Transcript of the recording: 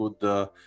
good